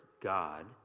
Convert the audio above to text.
God